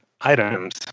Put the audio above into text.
items